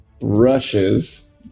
rushes